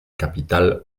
capital